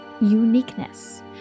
uniqueness